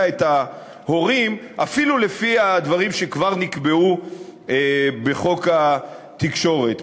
את ההורים אפילו לפי הדברים שכבר נקבעו בחוק התקשורת.